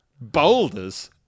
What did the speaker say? boulders